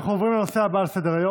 אנחנו עוברים לנושא הבא בסדר-היום,